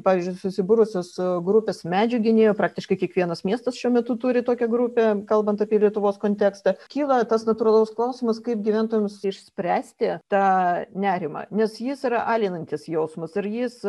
pavyzdžiui susibūrusios grupės medžių gynėjų praktiškai kiekvienas miestas šiuo metu turi tokią grupę kalbant apie lietuvos kontekstą kyla tas natūralus klausimas kaip gyventojams išspręsti tą nerimą nes jis yra alinantis jausmas ir jis